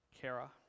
Kara